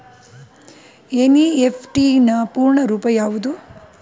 NEFT ನ ಪೂರ್ಣ ರೂಪ ಯಾವುದು?